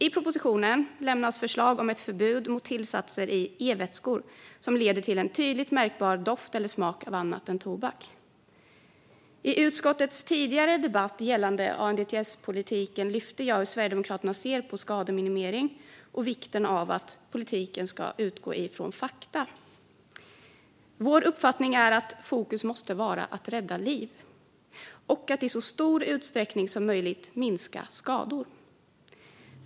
I propositionen föreslås ett förbud mot tillsatser i e-vätskor som leder till en tydligt märkbar doft eller smak av annat än tobak. I utskottets tidigare debatt gällande ANDTS-politiken lyfte jag fram hur Sverigedemokraterna ser på skademinimering och vikten av att politiken ska utgå från fakta. Vår uppfattning är att fokus måste vara att rädda liv och att i så stor utsträckning som möjligt minska skador.